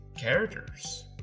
characters